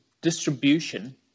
distribution